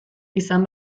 izan